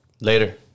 Later